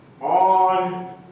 on